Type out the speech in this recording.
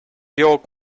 york